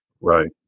Right